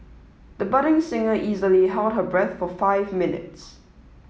the budding singer easily held her breath for five minutes